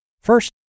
First